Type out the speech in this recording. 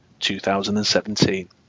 2017